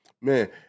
Man